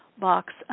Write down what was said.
box